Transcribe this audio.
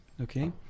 Okay